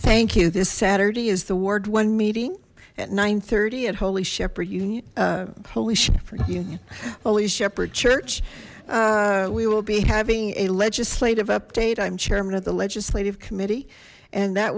thank you this saturday is the ward one meeting at nine thirty at holy shepherd union coalition for union holy shepherd church we will be having a legislative update i'm chairman of the legislative committee and that